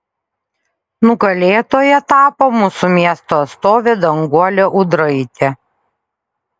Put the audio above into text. nugalėtoja tapo mūsų miesto atstovė danguolė ūdraitė